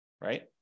right